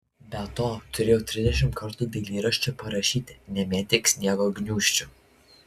be to turėjau trisdešimt kartų dailyraščiu parašyti nemėtyk sniego gniūžčių